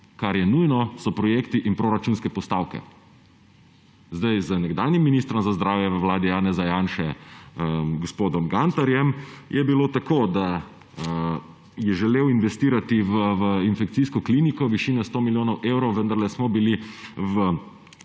Kar je nujno, so projekti in proračunske postavke. Z nekdanjim ministrom za zdravje v vladi Janeza Janše gospodom Gantarjem je bilo tako, da je želel investirati v infekcijsko kliniko v višini 100 milijonov evrov, vendar smo bili